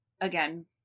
again